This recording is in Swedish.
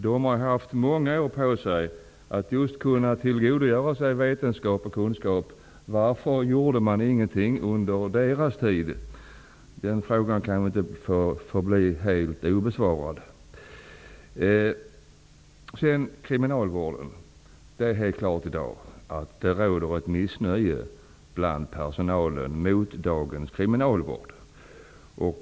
Hans parti har haft många år på sig att kunna tillgodogöra sig vetenskap och kunskap. Varför gjorde man ingenting under sin tid? Det frågan kan inte få bli helt obesvarad. Det är klart att det i dag råder missnöje bland personalen mot dagens kriminalvård.